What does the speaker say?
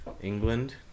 england